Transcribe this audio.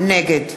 נגד